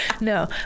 No